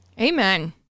Amen